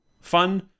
fun